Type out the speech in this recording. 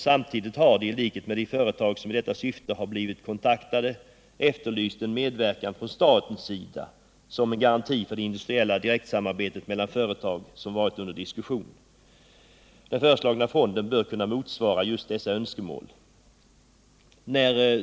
Samtidigt har de i likhet med de företag som i detta syfte har blivit kontaktade — efterlyst en medverkan från statens sida som en garanti för det industriella direktsamarbete mellan företag som varit under diskussion. Den föreslagna fonden bör kunna motsvara just dessa önskemål.